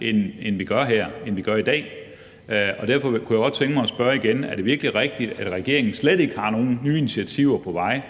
end vi gør her, og end vi gør i dag. Derfor kunne jeg godt tænke mig at spørge igen: Er det virkelig rigtigt, at regeringen slet ikke har nogen nye initiativer på vej,